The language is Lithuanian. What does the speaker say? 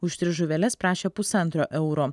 už tris žuveles prašė pusantro euro